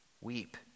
weep